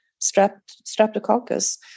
streptococcus